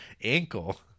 ankle